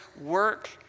work